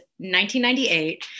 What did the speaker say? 1998